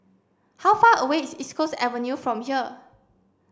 how far away is East Coast Avenue from here